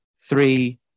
three